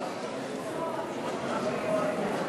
גברתי היושבת-ראש,